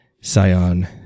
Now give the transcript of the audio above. Sion